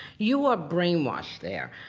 you are brainwashed there.